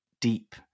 deep